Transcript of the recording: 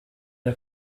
der